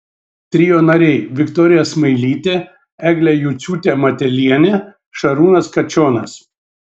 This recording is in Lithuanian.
trio nariai viktorija smailytė eglė juciūtė matelienė šarūnas kačionas